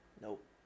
Nope